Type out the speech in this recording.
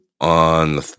on